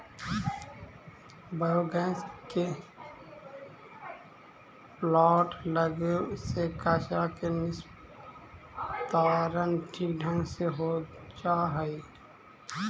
biogas के plant लगे से कचरा के निस्तारण ठीक ढंग से हो जा हई